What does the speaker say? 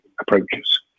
approaches